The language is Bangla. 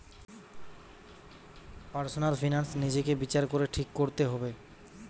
পার্সনাল ফিনান্স নিজেকে বিচার করে ঠিক কোরতে হবে